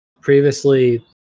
Previously